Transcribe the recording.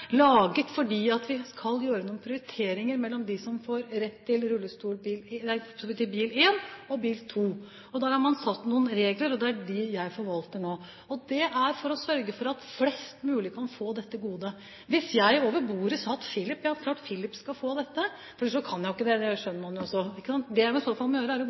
vi skal gjøre noen prioriteringer mellom dem som får rett til bil gruppe 1 og bil gruppe 2. Der har man laget noen regler, det er dem jeg forvalter nå, og det er for å sørge for at flest mulig kan få dette godet. Hvis jeg over bordet sa at det er klart at Filip skal få dette – jeg kan jo ikke det, det skjønner man jo – må jeg i så fall gå inn og endre på hele regelverket. Det er